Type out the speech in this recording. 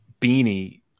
Beanie